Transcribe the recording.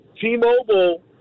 T-Mobile